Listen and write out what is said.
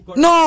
no